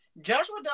Joshua